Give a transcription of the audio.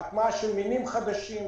הטמעה של מינים חדשים,